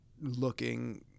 looking